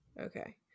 Okay